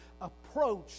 approach